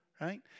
Right